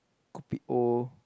kopi O